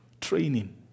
training